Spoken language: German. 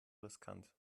riskant